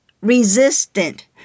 resistant